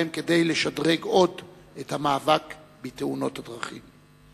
כדי לשדרג עוד את המאבק בתאונות הדרכים.